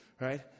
right